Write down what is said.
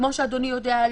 כמו שאדוני יודע,